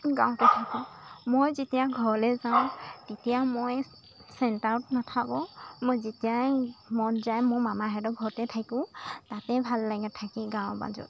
গাঁৱতে থাকোঁ মই যেতিয়া ঘৰলৈ যাওঁ তেতিয়া মই চেণ্টাৰত নাথাকোঁ মই যেতিয়াই মন যায় মোৰ মামাহঁতৰ ঘৰতে থাকোঁ তাতে ভাল লাগে থাকি গাঁৱৰ মাজত